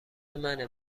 منه